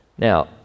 Now